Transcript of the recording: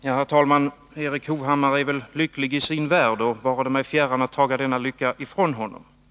Herr talman! Erik Hovhammar är väl lycklig i sin värld, och vare det mig fjärran att ta denna lycka ifrån honom.